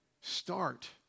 Start